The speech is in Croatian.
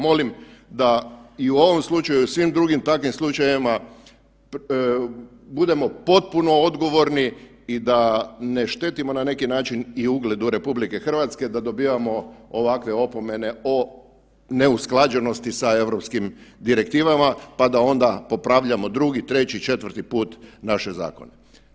Molim da i u ovom slučaju i u svim drugim takvim slučajevima budemo potpuno odgovorni i da ne štetimo na neki način i ugledu RH da dobivamo ovakve opomene o neusklađenosti sa Europskim direktivama, pa da onda popravljamo drugi, treći i četvrti put naše zakone.